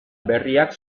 berriak